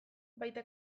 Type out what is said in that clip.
baita